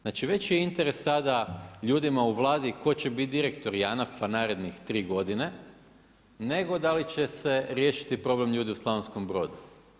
Znači veći je interes sada ljudima u Vladi tko će biti direktor JANAF-a narednih 3 godine nego da li će se riješiti problem ljudi u Slavonskom Brodu.